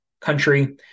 country